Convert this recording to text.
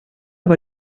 war